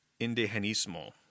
indigenismo